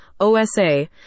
OSA